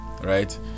Right